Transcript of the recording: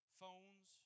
phones